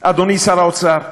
אדוני שר האוצר?